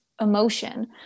emotion